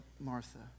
Martha